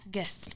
Guest